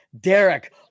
Derek